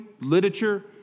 literature